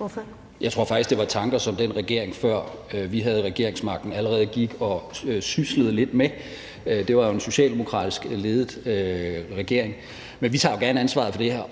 (V): Jeg tror faktisk, det var tanker, som den regering, der var der, før vi havde regeringsmagten, allerede gik og syslede lidt med. Det var jo en socialdemokratisk ledet regering. Men vi tager jo gerne ansvaret for det.